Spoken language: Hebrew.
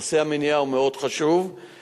נושא המניעה מאוד חשוב,